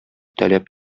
таләп